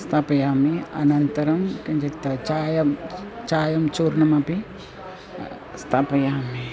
स्थापयामि अनन्तरं किञ्चित् चायं चायं चूर्णमपि स्थापयामि